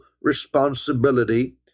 responsibility